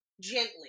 Gently